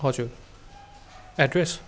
हजुर एड्रेस